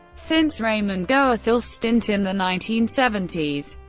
since raymond goethals' stint in the nineteen seventy s,